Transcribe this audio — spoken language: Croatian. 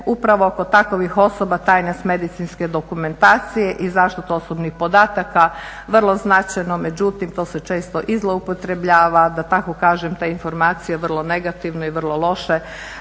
upravo kod takovih osoba tajnost medicinske dokumentacije, i zaštita osobnih podataka vrlo značajno, međutim to se često i zloupotrebljava, da tako kažem te informacije vrlo negativno i vrlo loše